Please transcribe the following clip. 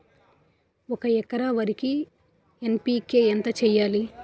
ఒక ఎకర వరికి ఎన్.పి.కే ఎంత వేయాలి?